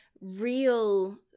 real